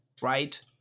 right